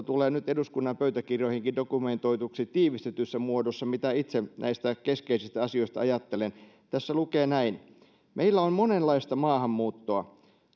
tulee nyt eduskunnan pöytäkirjoihinkin dokumentoiduksi tiivistetyssä muodossa mitä itse näistä keskeisistä asioista ajattelen tässä lukee näin meillä on monenlaista maahanmuuttoa